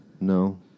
No